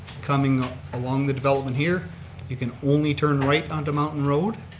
coming along the development here you can only turn right onto mountain road.